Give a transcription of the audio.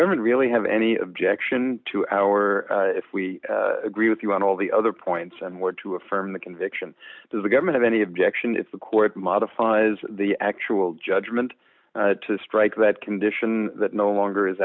government really have any objection to our if we agree with you on all the other points and where to affirm the conviction does the government any objection if the court modifies the actual judgment to strike that condition that no longer is